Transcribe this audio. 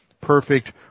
perfect